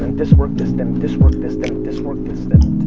didn't. this worked, this didn't. this worked, this didn't. this worked, this didn't.